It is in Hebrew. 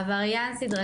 עבריין סדרתי.